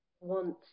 want